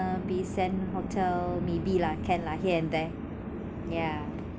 bay sand hotel maybe lah can lah here and there yeah